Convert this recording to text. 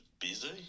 busy